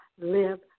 live